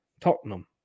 Tottenham